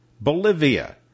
Bolivia